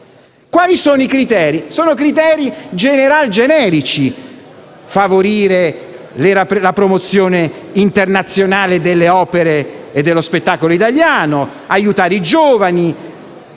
citati. I criteri adottati sono generici: favorire la promozione internazionale delle opere e dello spettacolo italiano, aiutare i giovani,